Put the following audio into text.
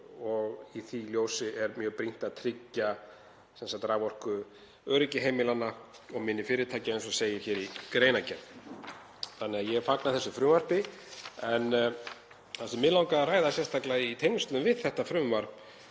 og í því ljósi er mjög brýnt að tryggja raforkuöryggi heimilanna og minni fyrirtækja, eins og segir hér í greinargerð. Ég fagna þessu frumvarpi en það sem mig langaði að ræða sérstaklega í tengslum við þetta frumvarp